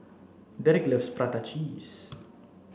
Derrick loves prata cheese